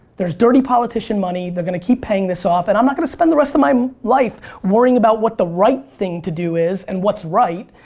there's dirty politician money they're gonna keep paying this off and i'm not gonna spend the rest of my life worrying about what the right thing to do is and what's right.